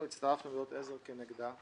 אנחנו הצטרפנו להיות עזר כנגדה.